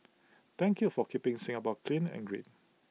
thank you for keeping Singapore clean and green